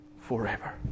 forever